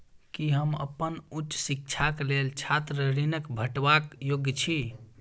की हम अप्पन उच्च शिक्षाक लेल छात्र ऋणक भेटबाक योग्य छी?